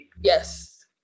Yes